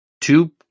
two